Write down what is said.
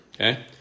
Okay